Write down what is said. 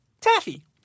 taffy